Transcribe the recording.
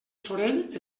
sorell